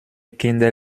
kinder